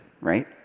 right